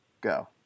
Go